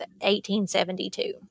1872